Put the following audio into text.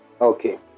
Okay